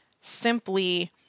simply